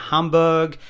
Hamburg